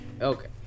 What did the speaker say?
okay